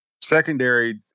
secondary